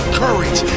courage